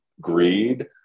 greed